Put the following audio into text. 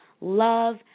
love